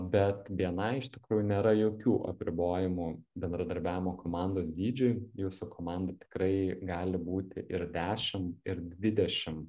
bet bni iš tikrųjų nėra jokių apribojimų bendradarbiavimo komandos dydžiui jūsų komanda tikrai gali būti ir dešim ir dvidešim